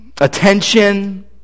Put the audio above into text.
attention